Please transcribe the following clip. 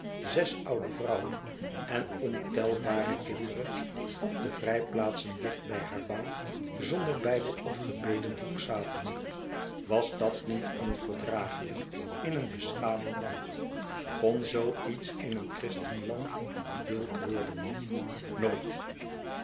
zes oude vrouwen en ontelbare kinderen op de vrijplaatsen dicht btj haar bank zonder bijbel of gebedenboek zaten was dat niet onverdragelijk in een beschaafd land kon zoo iets in een christenland geduld worden nooit